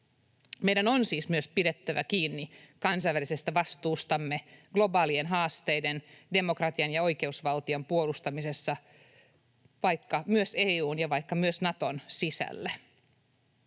Meidän on siis myös pidettävä kiinni kansainvälisestä vastuustamme globaalien haasteiden, demokratian ja oikeusvaltion puolustamisessa, vaikka myös EU:n ja vaikka myös Naton sisällä.